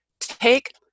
take